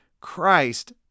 Christ